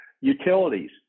utilities